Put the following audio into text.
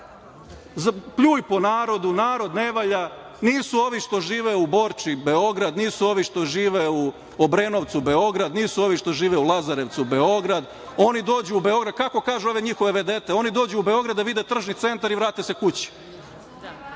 pljuj po narodu, narod ne valja, nisu ovi što žive u Borči Beograd, nisu ovi što žive u Obrenovcu Beograd, nisu ovi što žive u Lazarevcu Beograd. Kako kažu ove njihove vedete? Oni dođu u Beograd da vide tržni centar i vrate se kući.